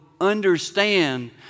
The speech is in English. understand